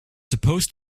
supposed